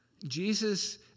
Jesus